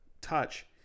touch